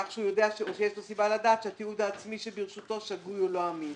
כך יש לו סיבה לדעת שהתיעוד העצמי שברשותו שגוי או לא אמין.